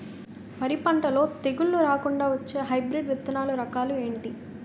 వరి పంటలో తెగుళ్లు రాకుండ వచ్చే హైబ్రిడ్ విత్తనాలు రకాలు ఏంటి?